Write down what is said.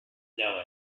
know